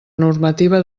normativa